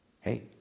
hey